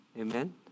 Amen